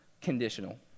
conditional